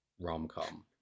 rom-com